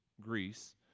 Greece